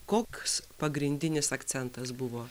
koks pagrindinis akcentas buvo